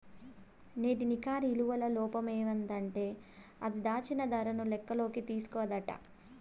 నేటి నికర ఇలువల లోపమేందంటే అది, దాచిన దరను లెక్కల్లోకి తీస్కోదట